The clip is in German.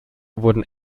wurden